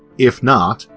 if not,